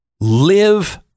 Live